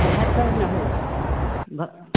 इएह सभ ने होइ छै बऽ